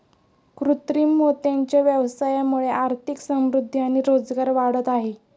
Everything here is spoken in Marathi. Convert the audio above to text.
कृत्रिम मोत्यांच्या व्यवसायामुळे आर्थिक समृद्धि आणि रोजगार वाढत आहे